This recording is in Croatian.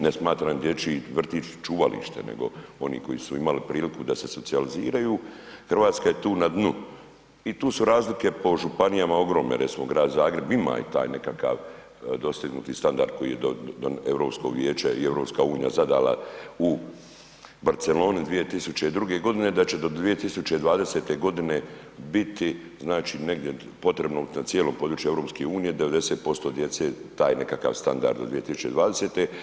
Ne smatram dječji vrtić čuvalište, nego oni koji su imali prilike da se socijaliziraju, Hrvatska je tu na dnu i tu su razlike po županijama ogromne, recimo Grad Zagreb, ima taj nekakav dosegnuti standard kojeg je Europskog vijeća i EU zadala u Barceloni 2002. g. da će do 2020. g. biti znači, negdje potrebno na tom cijelom području EU, 90% djece, taj nekakav standard do 2020.